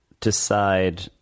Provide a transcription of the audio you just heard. decide